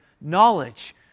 knowledge